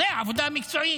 זו עבודה מקצועית.